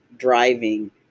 driving